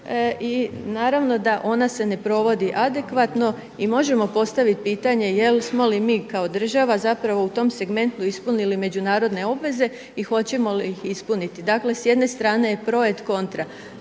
I naravno da ona se ne provodi adekvatno i možemo postavit pitanje jesmo li mi kao država zapravo u to segmentu ispunili međunarodne obveze i hoćemo li ih ispuniti. Dakle, s jedne strane je projekt kontra.